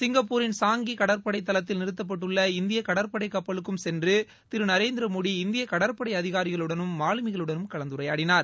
சிங்கப்பூரின் சாங்கி கடற்படை தளத்தில் நிறத்தப்பட்டுள்ள இந்திய கடற்படை கப்பலுக்கும் திரு நரேந்திர மோடி சென்று இந்திய கடற்படை அதிகாரிகளுடனும் மாலுமிகளுடனும் கலந்துரையாடினார்